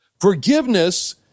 Forgiveness